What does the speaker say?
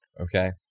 Okay